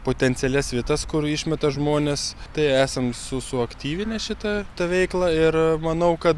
potencialias vietas kur išmeta žmonės tai esam su suaktyvinę šitą tą veiklą ir manau kad